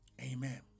Amen